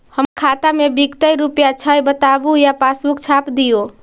हमर खाता में विकतै रूपया छै बताबू या पासबुक छाप दियो?